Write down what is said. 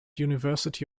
university